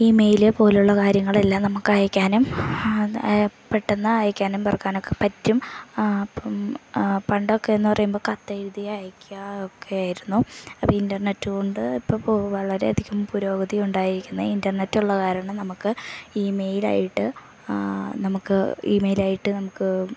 email പോലെയുള്ള കാര്യങ്ങളെല്ലാം നമുക്ക് അയക്കാനും പെട്ടെന്ന് അയക്കാനും തുറക്കാനൊക്കെ പറ്റും അപ്പം പണ്ടൊക്കെ എന്നു പറയുമ്പോൾ കത്ത് എഴുതി അയക്കുക ഒക്കെ ആയിരുന്നു അപ്പം ഇൻ്റർനെറ്റ് കൊണ്ട് ഇപ്പം വളരെയധികം പുരോഗതി ഉണ്ടായിരിന്നു ഇൻ്റർനെറ്റുള്ളത് കാരണം നമുക്ക് ഇമെയിൽ ആയിട്ട് നമുക്ക് ഇമെയിൽ ആയിട്ട് നമുക്ക്